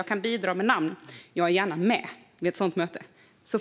Jag kan bidra med namn, och jag är gärna med vid ett sådant möte.